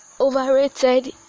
overrated